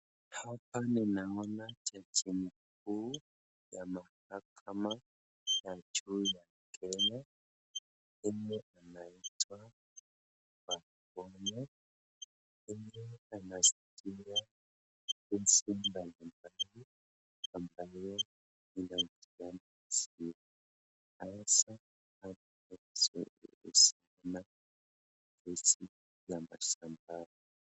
Hapa ninaona jaji mkuu ya mahakama ya juu ya Kenya ambaye anaitwa Martha Koome ambaye anashughulikia kesi mbalimbali ambayo inahusu uhalifu, hasa uhalifu wa usalama, kesi za mashamba.